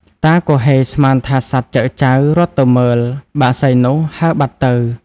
តាគហ៊េស្មានថាសត្វចឹកចៅ រត់ទៅមើល បក្សីនោះហើរបាត់ទៅ ។